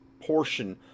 portion